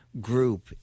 group